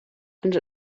and